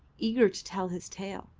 eager to tell his tale.